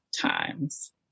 times